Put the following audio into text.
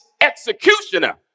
executioner